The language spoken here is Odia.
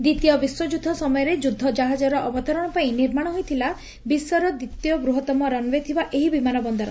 ଦ୍ୱିତୀୟ ବିଶ୍ୱଯୁଦ୍ଧ ସମୟରେ ଯୁଦ୍ଧ ଜାହାଜର ଅବତରଶ ପାଇଁ ନିର୍ମାଣ ହୋଇଥିଲା ବିଶ୍ୱର ଦ୍ୱିତୀୟ ବୂହତ୍ତମ ରନଓ୍ୱେ ଥିବା ଏହି ବିମାନବନ୍ଦର